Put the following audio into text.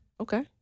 Okay